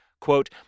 Quote